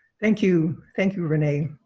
thank you, thank you renee.